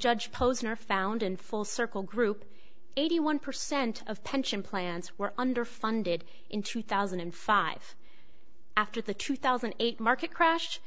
judge posner found in full circle group eighty one percent of pension plans were underfunded in two thousand and five after the true thousand eight market crash